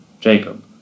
Jacob